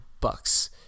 bucks